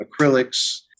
acrylics